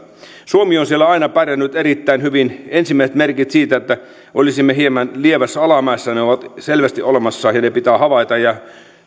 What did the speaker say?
suomi on siellä aina pärjännyt erittäin hyvin ensimmäiset merkit siitä että olisimme hieman lievässä alamäessä ovat selvästi olemassa ja ne pitää havaita ja niihin pitää